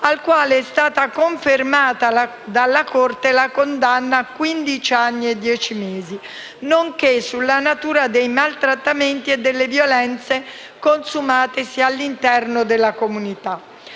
al quale è stata confermata dalla Corte la condanna a quindici anni e dieci mesi, nonché sulla natura dei maltrattamenti e delle violenze consumatesi nella stessa comunità.